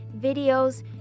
videos